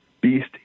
beast